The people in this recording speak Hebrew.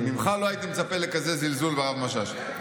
ממך לא הייתי מצפה לכזה זלזול ברב משאש.